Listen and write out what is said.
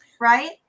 right